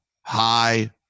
high